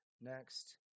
Next